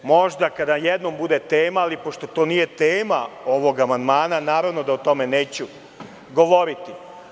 Možda kada jednom bude tema, ali pošto to nije tema ovog amandmana naravno da o tome neću govoriti.